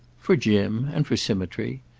for jim and for symmetry.